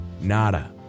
Nada